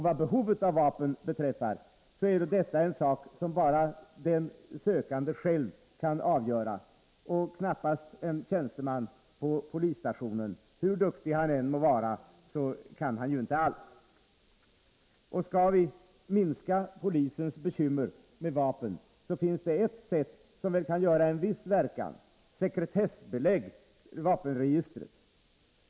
Vad behovet av vapen beträffar är väl detta en sak som bara den sökande själv kan avgöra och knappast en tjänsteman på polisstationen; hur duktig han än må vara kan han ju inte allt. Skall vi minska polisens bekymmer med vapen finns det ett sätt som väl kan göra viss verkan: sekretessbelägg vapenregistret.